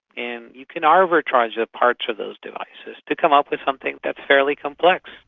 and you can arbitrage the parts of those devices to come up with something that's fairly complex.